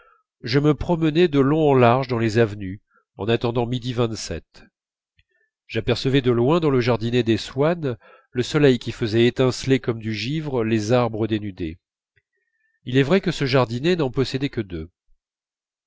je me promenais de long en large dans les avenues en attendant midi vingt-sept j'apercevais de loin dans le jardinet des swann le soleil qui faisait étinceler comme du givre les arbres dénudés il est vrai que ce jardinet n'en possédait que deux